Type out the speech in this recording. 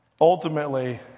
Ultimately